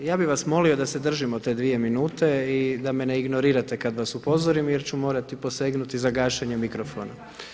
Ja bih vas molio da se držimo te dvije minute i da me ne ignorirate kad vas upozorim, jer ću morati posegnuti za gašenjem mikrofona.